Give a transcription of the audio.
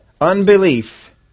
Unbelief